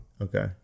Okay